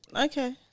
Okay